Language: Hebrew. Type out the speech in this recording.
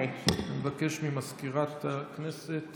מבקש ממזכירת הכנסת